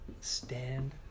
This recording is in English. stand